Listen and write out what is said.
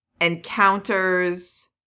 encounters